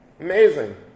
Amazing